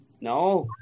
No